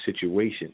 situation